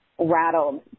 rattled